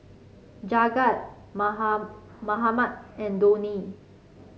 Jagat Mahatma and Dhoni